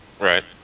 Right